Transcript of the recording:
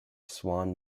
swan